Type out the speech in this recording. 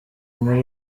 muri